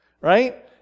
right